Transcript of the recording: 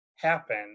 happen